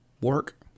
work